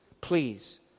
please